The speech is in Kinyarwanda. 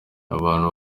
abantu